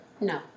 No